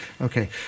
Okay